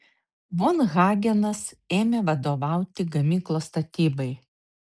von hagenas ėmė vadovauti gamyklos statybai